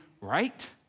right